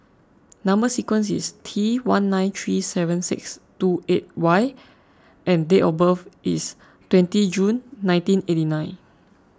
Number Sequence is T one nine three seven six two eight Y and date of birth is twenty June nineteen eighty nine